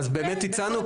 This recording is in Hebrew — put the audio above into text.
אז באמת הצענו,